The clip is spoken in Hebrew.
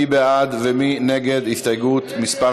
מי בעד ומי נגד הסתייגות מס'